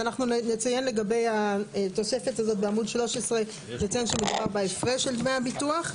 אנחנו נציין לגבי התוספת הזאת בעמוד 13 שמדובר בהפרש של דמי הביטוח.